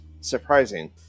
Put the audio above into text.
surprising